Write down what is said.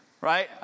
right